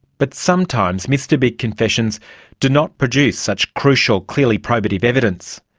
but sometimes mr big confessions do not produce such crucial clearly probative evidence.